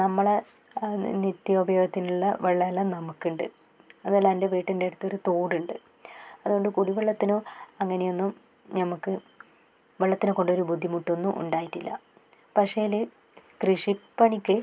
നമ്മൾ നിത്യോപയോഗത്തിനുള്ള വെള്ളം എല്ലാം നമുക്ക് ഉണ്ട് അതെല്ലാം എൻ്റെ വീടിൻ്റെ അടുത്തൊരു തോടുണ്ട് അതുകൊണ്ട് കുടിവെള്ളത്തിനോ അങ്ങനെയൊന്നും ഞമക്ക് വെള്ളത്തിനെ കൊണ്ട് ഒരു ബുദ്ധിമുട്ടൊന്നും ഉണ്ടായിട്ടില്ല പക്ഷേൽ കൃഷിപ്പണിക്ക്